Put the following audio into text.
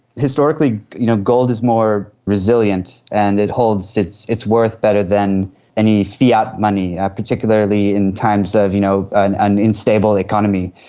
historically you know gold is more resilient and it holds its its worth better than any fiat money, particularly in times of you know an an unstable economy.